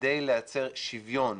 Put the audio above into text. כדי לייצר שוויון